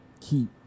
keep